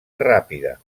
ràpida